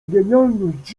genialność